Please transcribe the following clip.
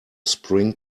spring